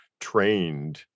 trained